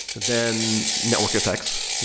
then network effects,